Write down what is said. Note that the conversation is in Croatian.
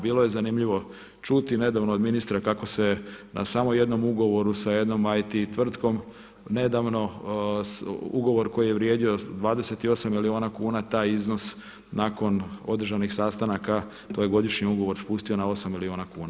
Bilo je zanimljivo čuti nedavno od ministra kako se na samo jednom ugovoru s jednom IT tvrtkom nedavno, ugovor koji je vrijedio 28 milijuna kuna taj iznos nakon određenih sastanaka, to je godišnji ugovor, spustio na 8 milijuna kuna.